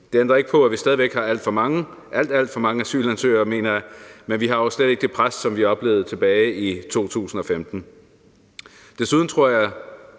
Det ændrer ikke på, at vi stadig væk har alt, alt for mange asylansøgere, men vi har slet ikke det pres, som vi oplevede tilbage i 2015. For det andet tror jeg,